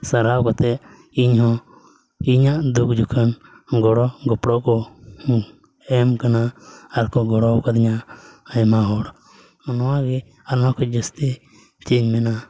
ᱥᱟᱨᱦᱟᱣ ᱠᱟᱛᱮᱫ ᱤᱧᱦᱚᱸ ᱤᱧᱟᱹᱜ ᱫᱩᱠ ᱡᱚᱠᱷᱟᱱ ᱜᱚᱲᱚᱼᱜᱚᱯᱚᱲᱚ ᱠᱚ ᱮᱢ ᱟᱠᱟᱱᱟ ᱟᱨ ᱠᱚ ᱜᱚᱲᱚ ᱠᱟᱣᱫᱤᱧᱟ ᱟᱭᱢᱟ ᱦᱚᱲ ᱱᱚᱣᱟ ᱜᱮ ᱟᱨ ᱱᱚᱣᱟ ᱠᱷᱚ ᱡᱟᱹᱥᱛᱤ ᱪᱮᱫ ᱤᱧ ᱢᱮᱱᱟ